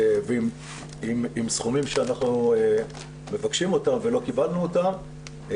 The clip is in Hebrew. ועם סכומים שאנחנו מבקשים אותם ולא קיבלנו אותם.